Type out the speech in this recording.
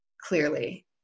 clearly